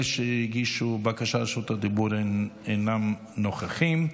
אלה שהגישו בקשה לרשות דיבור אינם נוכחים.